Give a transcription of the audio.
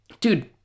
dude